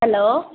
hello